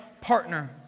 partner